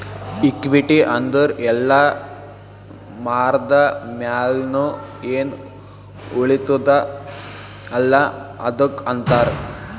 equity ಅಂದುರ್ ಎಲ್ಲಾ ಮಾರ್ದ ಮ್ಯಾಲ್ನು ಎನ್ ಉಳಿತ್ತುದ ಅಲ್ಲಾ ಅದ್ದುಕ್ ಅಂತಾರ್